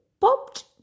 popped